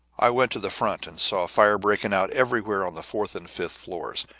i went to the front, and saw fire breaking out everywhere on the fourth and fifth floors.